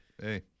hey